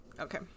Okay